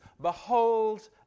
behold